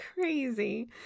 crazy